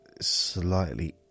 slightly